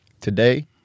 Today